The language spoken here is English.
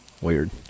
Weird